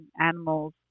animals